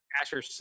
Asher